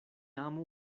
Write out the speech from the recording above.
amu